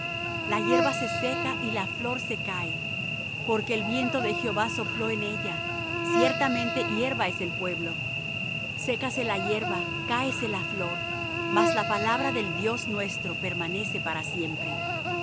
la hierba se seca y la flor se cae porque el viento de jehová sopló en ella ciertamente hierba es el pueblo sécase la hierba cáese la flor mas la palabra del dios nuestro permanece para siempre